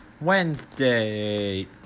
Wednesday